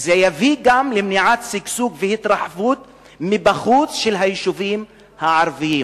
זה גם יביא למניעת שגשוג והתרחבות מבחוץ של היישובים הערביים.